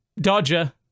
Dodger